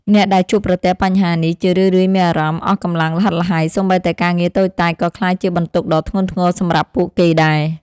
អ្នកដែលជួបប្រទះបញ្ហានេះ ជារឿយៗមានអារម្មណ៍អស់កម្លាំងល្ហិតល្ហៃ សូម្បីតែការងារតូចតាចក៏ក្លាយជាបន្ទុកដ៏ធ្ងន់ធ្ងរសម្រាប់ពួកគេដែរ។